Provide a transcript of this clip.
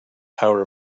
power